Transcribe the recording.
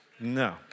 No